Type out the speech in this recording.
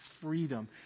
freedom